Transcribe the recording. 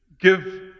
give